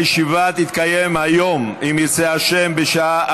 הישיבה תתקיים היום, אם ירצה השם, בשעה